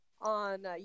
on